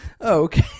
Okay